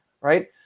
right